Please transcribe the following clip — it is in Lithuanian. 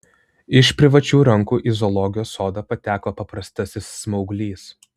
iš privačių rankų į zoologijos sodą pateko paprastasis smauglys